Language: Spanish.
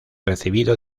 recibido